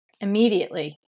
immediately